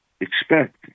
expect